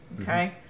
Okay